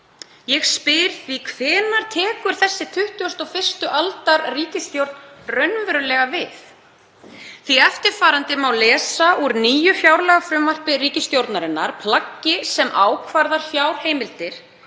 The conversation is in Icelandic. Ég spyr því: Hvenær tekur þessi 21. aldar ríkisstjórn raunverulega við? Eftirfarandi má lesa úr nýju fjárlagafrumvarpi ríkisstjórnarinnar, plaggi sem ákvarðar fjárheimildir